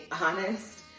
honest